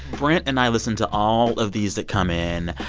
brent and i listen to all of these that come in.